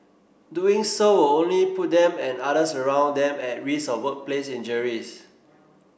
doing so will only put them and others around them at risk of workplace injuries